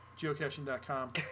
geocaching.com